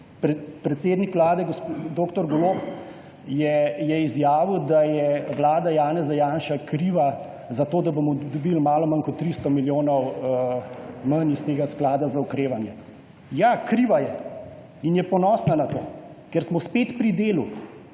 Predsednik vlade dr. Golob je izjavil, da je vlada Janeza Janše kriva, da bomo dobili malo manj kot 300 milijonov manj iz tega sklada za okrevanje. Ja, kriva je in je ponosna na to, pa smo spet pri delu,